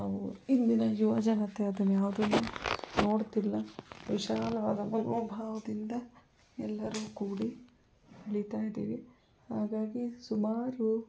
ಇಂದಿನ ಯುವಜನತೆ ಅದನ್ನು ಯಾವುದನ್ನು ನೋಡ್ತಿಲ್ಲ ವಿಶಾಲವಾದ ಮನೋಭಾವದಿಂದ ಎಲ್ಲರೂ ಕೂಡಿ ಅಳೀತಾಯಿದ್ದೀವಿ ಹಾಗಾಗಿ ಸುಮಾರು